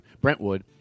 Brentwood